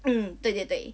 mm 对对对